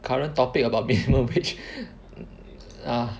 current topic about minimum wage uh